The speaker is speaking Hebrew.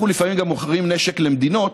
אנחנו לפעמים גם מוכרים נשק למדינות,